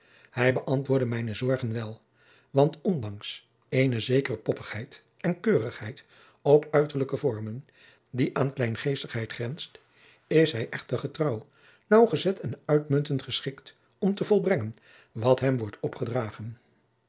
hij beantwoordde mijne zorgen wel want ondanks eene zekere poppigheid en keurigheid op uiterlijke vormen die aan kleingeestigheid grenst is hij echter getrouw naauwgezet en uitmuntend geschikt om te volbrengen wat hem wordt opgedragen